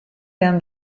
down